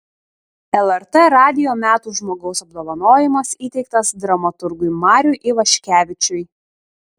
lrt radijo metų žmogaus apdovanojimas įteiktas dramaturgui mariui ivaškevičiui